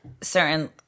certain